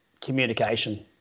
communication